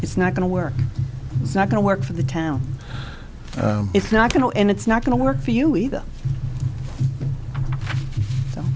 it's not going to work it's not going to work for the town it's not going to and it's not going to work for you either